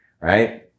Right